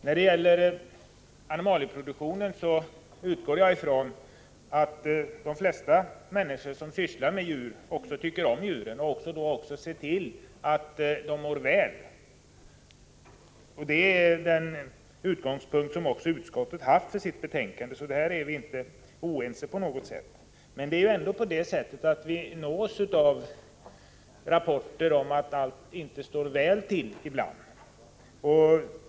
När det gäller animalieproduktionen utgår jag från att de flesta människor som sysslar med djur också tycker om djur — och då även ser till att djuren mår väl. Det är den utgångspunkt som också utskottet haft i sitt betänkande, så därvidlag är vi inte oense på något sätt. Men vi nås av rapporter om att allt inte står väl till ibland.